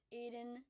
Aiden